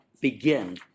begin